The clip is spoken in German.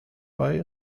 bei